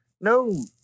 no